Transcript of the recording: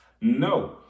no